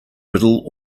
riddle